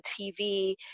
TV